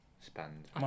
spend